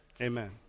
Amen